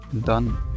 Done